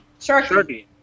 Sharky